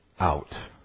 out